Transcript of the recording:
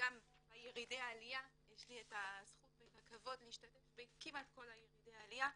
גם בירידי העלייה יש לי את הזכות והכבוד להשתתף בכמעט כל ירידי העלייה,